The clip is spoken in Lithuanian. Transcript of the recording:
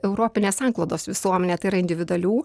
europinės sanklodos visuomenė tai yra individualių